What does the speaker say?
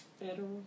Federal